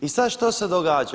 I sad što se događa?